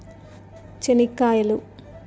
చెనిక్కాయలు